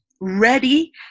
ready